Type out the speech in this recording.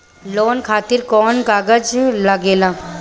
Loan खातिर कौन कागज लागेला?